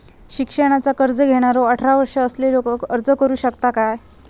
शिक्षणाचा कर्ज घेणारो अठरा वर्ष असलेलो अर्ज करू शकता काय?